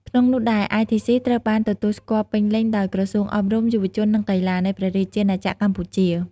ក្នុងនោះដែរITC ត្រូវបានទទួលស្គាល់ពេញលេញដោយ ក្រសួងអប់រំ យុវជន និងកីឡា នៃព្រះរាជាណាចក្រកម្ពុជា។